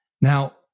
Now